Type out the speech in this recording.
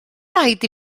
raid